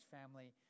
family